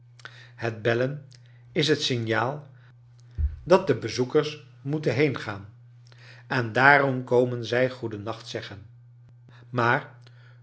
het bcllen is het signaal dat de bezoskers moeten hecngaan en daarom komen zij goeden nacht zeggen maar